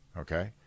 okay